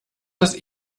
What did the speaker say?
das